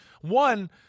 one